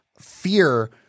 fear